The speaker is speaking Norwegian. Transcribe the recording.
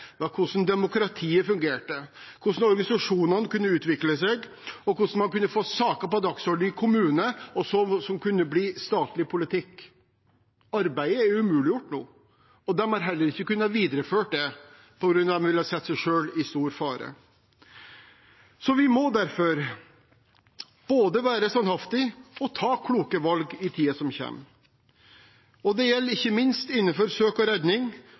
hvordan demokratiet fungerer, hvordan organisasjonene kan utvikle seg og hvordan man kan få saker på dagsorden i en kommune, som kan bli statlig politikk. Arbeidet er umuliggjort nå, og de har heller ikke kunnet videreføre dette, på grunn av at de ville ha satt seg selv i stor fare. Så vi må derfor både være standhaftige og ta kloke valg i tiden som kommer, og det gjelder ikke minst innenfor søk og redning